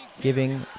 giving